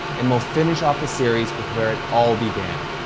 and we'll finish off the series with where it all began.